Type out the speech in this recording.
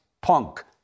punk